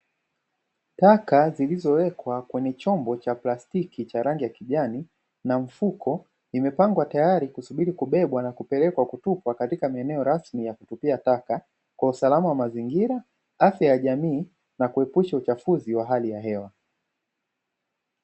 Taka zilizowekwa kwenye chombo cha plastiki cha rangi ya kijani na mfuko. Imepangwa tayari kusubiri kubebwa na kupelekwa kutupwa katika maeneo rasmi ya kutupia taka, kwa usalama wa mazingira ,afya ya jamii, na kuepusha uchafuzi wa hali ya hewa.